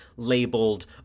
labeled